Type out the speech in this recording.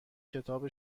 کتاب